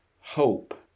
hope